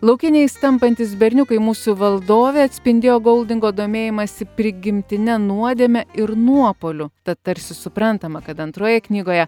laukiniais tampantys berniukai musių valdove atspindėjo goldingo domėjimąsi prigimtine nuodėme ir nuopuoliu tad tarsi suprantama kad antroje knygoje